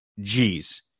G's